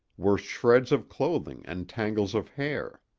were shreds of clothing and tangles of hair.